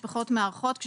משפחות מארחות.